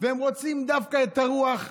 הם רוצים דווקא את הרוח,